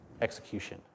execution